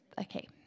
okay